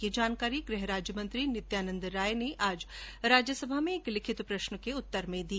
यह जानकारी गृह राज्यमंत्री नित्यानंद राय ने आज राज्यसभा में एक लिखित प्रश्न के उत्तर में दी